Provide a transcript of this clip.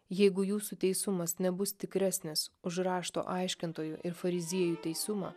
jeigu jūsų teisumas nebus tikresnis už rašto aiškintojų ir fariziejų teisumą